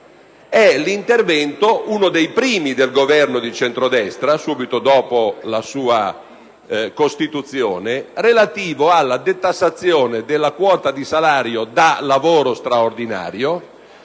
È l'intervento - uno dei primi assunti dal Governo di centrodestra subito dopo la sua costituzione - relativo alla detassazione della quota di salario da lavoro straordinario